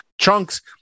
chunks